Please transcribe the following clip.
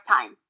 Time